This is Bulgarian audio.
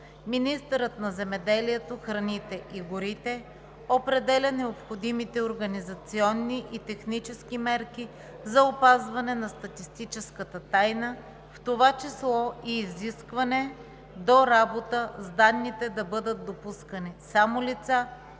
Министърът на земеделието, храните и горите определя необходимите организационни и технически мерки за опазване на статистическата тайна, в това число и изискване до работа с данните да бъдат допускани само лица,